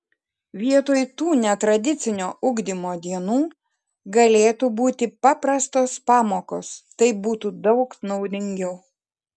vietoj tų netradicinio ugdymo dienų galėtų būti paprastos pamokos taip būtų daug naudingiau